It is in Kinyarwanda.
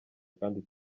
kandi